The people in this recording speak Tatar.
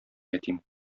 ятим